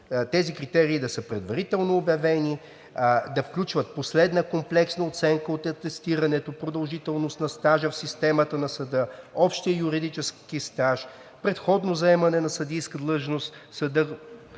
тези критерии да са предварително обявени, да включват последна комплексна оценка от атестирането, продължителност на стажа в системата на съда, общия юридически стаж, предходно заемане на съдийска длъжност